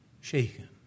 shaken